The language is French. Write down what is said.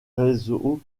réseau